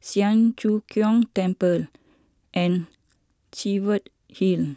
Siang Cho Keong Temple and Cheviot Hill